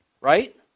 right